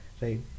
right